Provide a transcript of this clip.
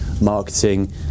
marketing